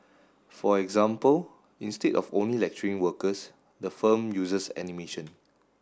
for example instead of only lecturing workers the firm uses animation